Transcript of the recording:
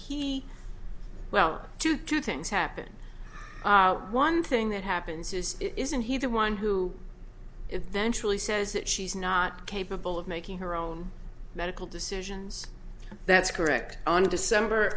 he well two good things happen one thing that happens is isn't he the one who eventually says that she's not capable of making her own medical decisions that's correct on december